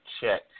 check